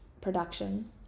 Production